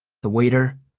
the waiter.